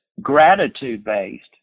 gratitude-based